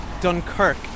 Dunkirk